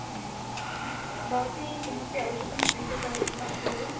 भवती किमपि औषधं स्वीकृतवती वा पूर्वम्